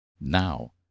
Now